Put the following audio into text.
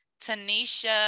Tanisha